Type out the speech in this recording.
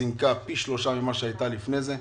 זינקה פי שלושה מכפי שהייתה לפני הקורונה.